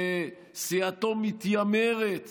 שסיעתו מתיימרת